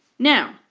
now,